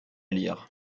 lire